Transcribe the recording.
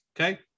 Okay